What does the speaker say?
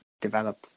develop